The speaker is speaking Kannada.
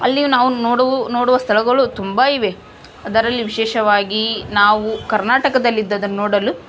ಅಲ್ಲಿಯೂ ನಾವು ನೋಡು ನೋಡುವ ಸ್ಥಳಗಳು ತುಂಬ ಇವೆ ಅದರಲ್ಲಿ ವಿಶೇಷವಾಗಿ ನಾವು ಕರ್ನಾಟಕದಲ್ಲಿದ್ದದನ್ನು ನೋಡಲು